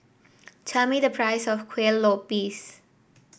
tell me the price of Kuih Lopes